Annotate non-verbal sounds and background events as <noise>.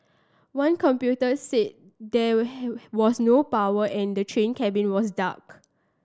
one computer said there <unintelligible> was no power and the train cabin was dark